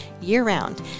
year-round